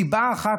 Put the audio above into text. סיבה אחת,